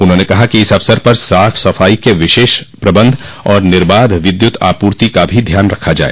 उन्होंने कहा कि इस अवसर पर साफ सफाई के विशेष प्रबन्ध और निर्बाध विद्युत आपूर्ति का भी ध्यान रखा जाय